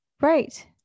Right